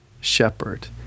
shepherd